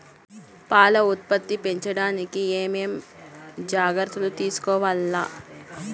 పాల ఉత్పత్తి పెంచడానికి ఏమేం జాగ్రత్తలు తీసుకోవల్ల?